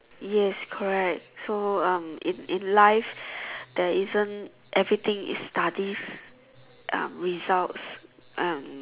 yes correct so um in in life there isn't everything is study results um